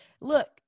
Look